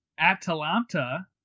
Atalanta